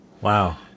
Wow